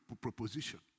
proposition